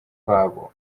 babo